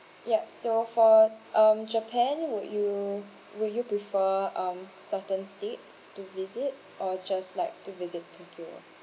yup so for um japan would you would you prefer um certain states to visit or just like to visit tokyo